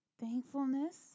thankfulness